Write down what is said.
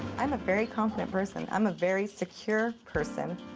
i'm a very confident person. i'm a very secure person.